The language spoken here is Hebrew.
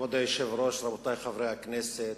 כבוד היושב-ראש, רבותי חברי הכנסת,